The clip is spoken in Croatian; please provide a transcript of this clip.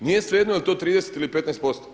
Nije svejedno jel' to 30 ili 15%